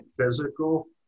physical